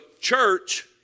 church